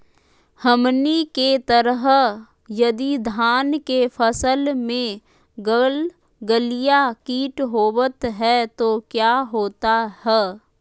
हमनी के तरह यदि धान के फसल में गलगलिया किट होबत है तो क्या होता ह?